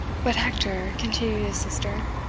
but, hector, continued his sister,